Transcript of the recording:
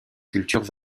sculptures